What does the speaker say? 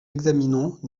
examinons